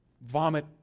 vomit